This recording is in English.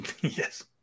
yes